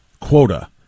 quota